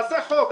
תעשה חוק.